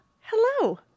hello